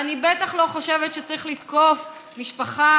ואני בטח לא חושבת שצריך לתקוף משפחה,